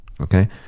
okay